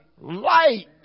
light